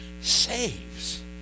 saves